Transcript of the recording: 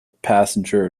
passenger